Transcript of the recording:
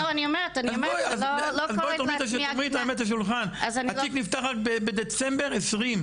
אז לא חמש שנים את עגונה.